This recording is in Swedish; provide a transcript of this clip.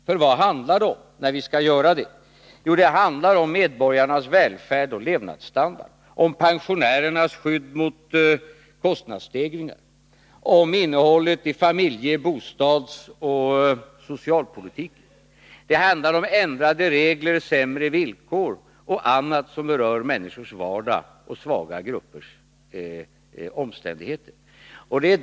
För vad handlar det om när vi skall göra det? Jo, det handlar om medborgarnas välfärd och levnadsstandard, om pensionärernas skydd mot kostnadsstegringar, om innehållet i familje-, bostadsoch socialpolitiken. Det handlar om ändrade regler, sämre villkor och annat som berör människors vardag och svaga gruppers omständigheter.